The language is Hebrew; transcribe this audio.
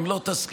אם לא תסכים,